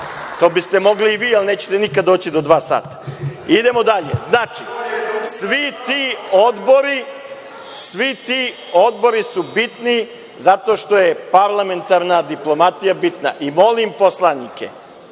To biste mogli i vi, ali nećete nikada doći do dva sata. Idemo dalje. Znači, svi ti odbori su bitni zato što je parlamentarna diplomatija bitna. Molim poslanike